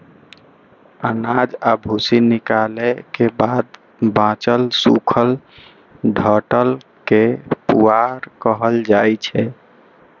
अनाज आ भूसी निकालै के बाद बांचल सूखल डंठल कें पुआर कहल जाइ छै